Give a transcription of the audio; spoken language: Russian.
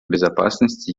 безопасности